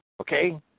Okay